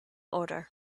order